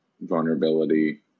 vulnerability